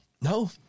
no